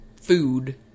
food